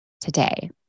today